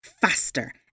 faster